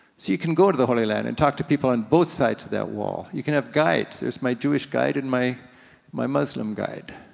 so you can go to the holy land and talk to people on both sides of that wall. you can have guides, there's my jewish guide, and my my muslim guide.